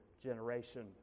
generation